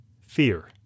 fear